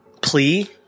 plea